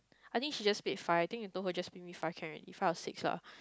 I think she just paid five I think you told her just give five can already five or six lah